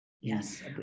Yes